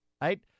right